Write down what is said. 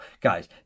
guys